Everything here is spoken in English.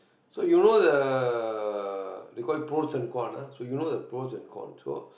so you know the they call it pros and cons ah so you know the pros and cons so